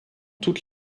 toute